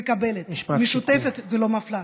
מקבלת, משותפת ולא מפלה.